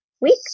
week